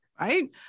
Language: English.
right